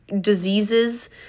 diseases